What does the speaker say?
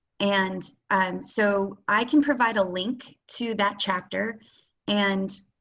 and um so i can provide a link to that chapter and